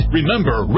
Remember